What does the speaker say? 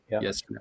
Yes